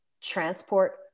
transport